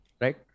right